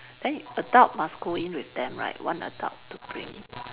then adult must go in with them right one adult to bring